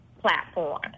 platform